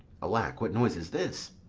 alack, what noise is this?